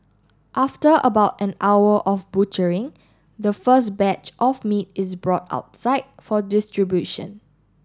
after about an hour of butchering the first batch of meat is brought outside for distribution